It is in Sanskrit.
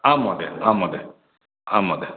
आं महोदय आं महोदय आं महोदय